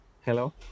hello